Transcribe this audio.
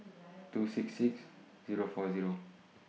two six six Zero four Zero